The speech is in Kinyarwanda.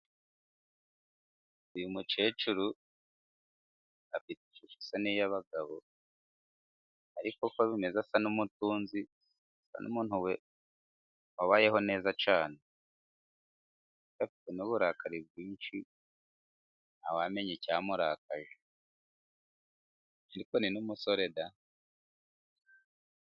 Uyu mukecuru afite isoni y'abagabo，ariko ko bimeze asa n'umutunzi，asa n’umuntu wabayeho neza cyane，afite n'uburakari bwinshi，nta wamenye icyamurakaje. Ariko ni n'umusore da.